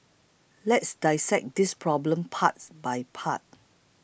let's dissect this problem part by part